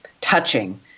touching